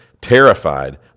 terrified